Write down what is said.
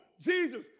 Jesus